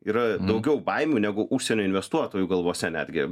yra daugiau baimių negu užsienio investuotojų galvose netgi